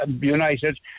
united